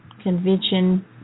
convention